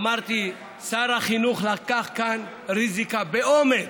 אמרתי: שר החינוך לקח כאן ריזיקה, באומץ,